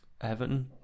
Everton